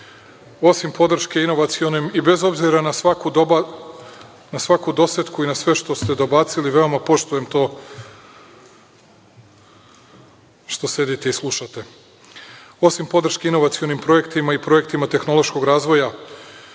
osim podrške inovacionom i bez obzira na svaku dosetku i na sve što ste dobacili, veoma poštujem to što sedite i slušate, osim podrške inovacionim projektima i projektima tehnološkog razvoja